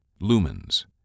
Lumens